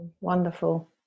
Wonderful